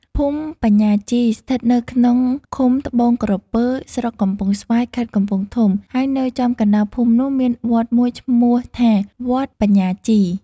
ភូមិបញ្ញាជីស្ថិតនៅក្នុងឃុំត្បូងក្រពើ ស្រុកកំពង់ស្វាយ ខេត្តកំពង់ធំ ហើយនៅចំកណ្ដាលភូមិនោះមានវត្តមួយឈ្មោះថា វត្តបញ្ញាជី។